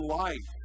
life